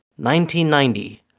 1990